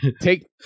take